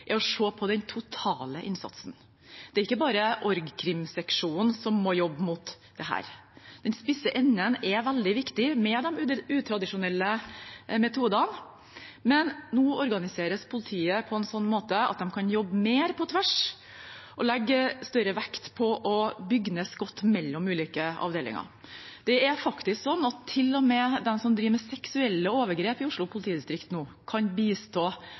er å se på den totale innsatsen. Det er ikke bare org.krim-seksjonen som må jobbe mot dette. Den spisse enden er veldig viktig, med de utradisjonelle metodene, men nå organiseres politiet på en slik måte at de kan jobbe mer på tvers og legge større vekt på å bygge ned skott mellom ulike avdelinger. Det er faktisk slik nå at til og med de som jobber med seksuelle overgrep i Oslo politidistrikt, kan bistå